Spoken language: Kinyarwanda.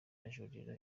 ajurira